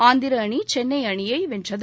ஆந்திர அணி சென்னை அணியை வென்றது